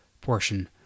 portion